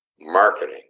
marketing